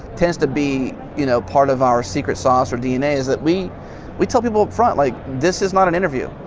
tends to be, you know, part of our secret sauce or dna is that we we tell people front like, this is not an interview.